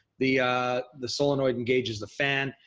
the the solenoid engages the fan,